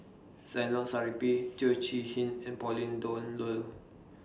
Zainal Chee Hean and Pauline Dawn Loh